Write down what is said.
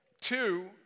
Two